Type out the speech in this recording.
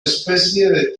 especie